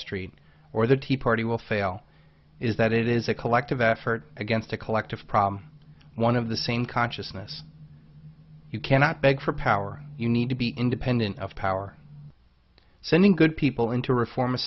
street or the tea party will fail is that it is a collective effort against a collective problem one of the same consciousness you cannot beg for power you need to be independent of power sending good people into reform